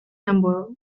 number